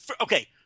okay